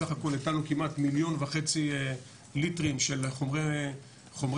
בסך הכל הטלנו כמעט 1.5 מיליון ליטרים של חומרי כיבוי,